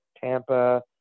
Tampa